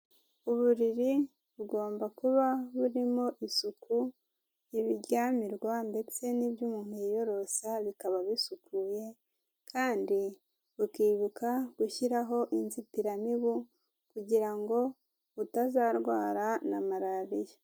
Uburiri bugomba kuba burimo isuku, ibiryamirwa ndetse n'ibyo umuntu yiyorosa bikaba bisukuye, kandi ukibuka gushyiraho inzitiramibu kugira ngo utazarwara na marariya.